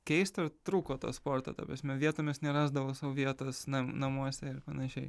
keista trūko to sporto ta prasme vietomis nerasdavau sau vietos namuose ir panašiai